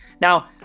now